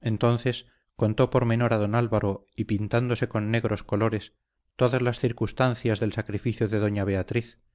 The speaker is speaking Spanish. entonces contó por menor a don álvaro y pintándose con negros colores todas las circunstancias del sacrificio de doña beatriz